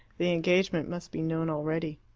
the engagement must be known already.